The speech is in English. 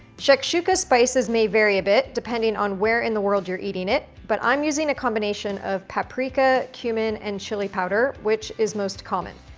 shakshuka spices may vary a bit, depending on where in the world you're eating it. but i'm using a combination of paprika, cumin, and chili powder, which is most common.